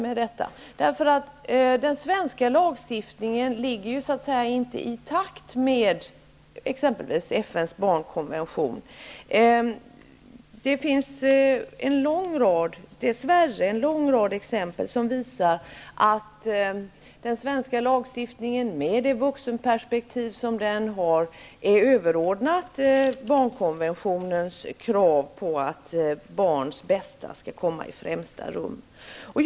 Men den svenska lagstiftningen är ju så att säga inte i takt med exempelvis FN:s barnkonvention. Det finns dessvärre en lång rad exempel som visar att den svenska lagstiftningen med det vuxenperspektiv som den har är överordnad barnkonventionens krav på att barns bästa skall sättas i främsta rummet.